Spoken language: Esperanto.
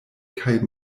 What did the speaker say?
kaj